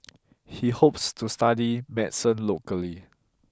he hopes to study medicine locally